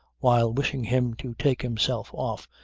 while wishing him to take himself off,